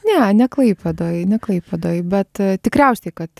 ne ne klaipėdoj ne klaipėdoj bet tikriausiai kad